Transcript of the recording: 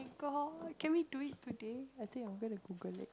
alcohol can we do it today I think I'm going to Google it